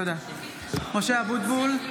(קוראת בשמות חברי הכנסת) משה אבוטבול,